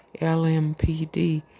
LMPD